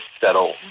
settle